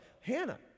Hannah